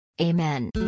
Amen